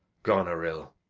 goneril.